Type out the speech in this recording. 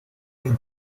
del